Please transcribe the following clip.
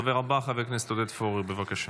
הדובר הבא, חבר הכנסת עודד פורר, בבקשה.